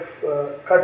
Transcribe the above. cut